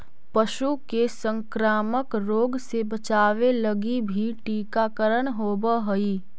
पशु के संक्रामक रोग से बचावे लगी भी टीकाकरण होवऽ हइ